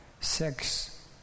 Sex